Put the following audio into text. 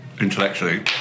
intellectually